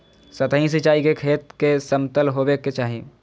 सतही सिंचाई के खेत के समतल होवे के चाही